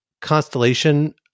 constellation